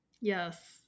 yes